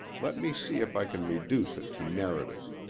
let me see if i can reduce it to narrative.